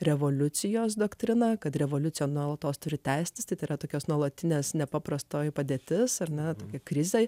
revoliucijos doktriną kad revoliucija nuolatos turi tęstis tėra tokios nuolatines nepaprastoji padėtis ar net krizė